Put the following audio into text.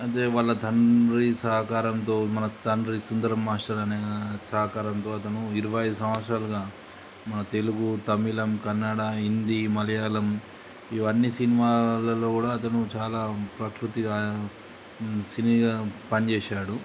అదే వాళ్ళ తండ్రి సహకారంతో మన తండ్రి సుందరం మాస్టర్ అనే సహకారంతో అతను ఇరవై ఐదు సంవత్సరాలుగా మన తెలుగు తమిళం కన్నడ హిందీ మలయాళం ఇవన్నీ సినిమాలలో కూడా అతను చాలా ప్రకృతిగా సినిగా పనిచేసాడు